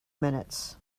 minutes